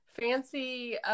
fancy